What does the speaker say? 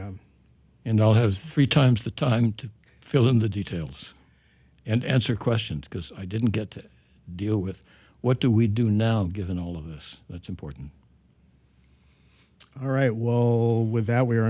one and i'll have three times the time to fill in the details and answer questions because i didn't get to deal with what do we do now given all of this that's important all right wall with that we are